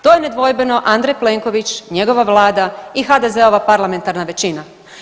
To je nedvojbeno Andrej Plenković, njegova vlada i HDZ-ova parlamentarna većina.